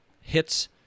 hits